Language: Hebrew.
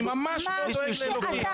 אני ממש לא דואג לאלוקים,